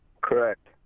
Correct